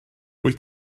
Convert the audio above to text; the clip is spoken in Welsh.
wyt